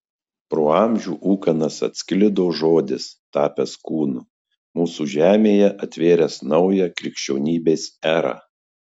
pro amžių ūkanas atsklido žodis tapęs kūnu mūsų žemėje atvėręs naują krikščionybės erą